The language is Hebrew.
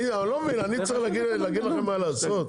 אני לא מבין, אני צריך להגיד לכם מה לעשות?